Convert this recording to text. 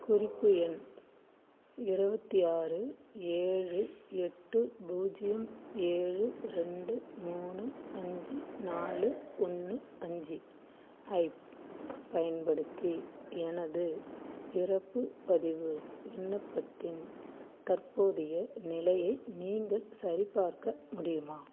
குறிப்பு எண் இருபத்தி ஆறு ஏழு எட்டு பூஜ்யம் ஏழு ரெண்டு மூணு அஞ்சு நாலு ஒன்று அஞ்சு ஐப் பயன்படுத்தி எனது இறப்பு பதிவு விண்ணப்பத்தின் தற்போதைய நிலையை நீங்கள் சரிபார்க்க முடியுமா